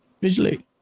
visually